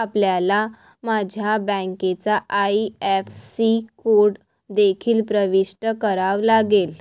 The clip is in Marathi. आपल्याला माझ्या बँकेचा आई.एफ.एस.सी कोड देखील प्रविष्ट करावा लागेल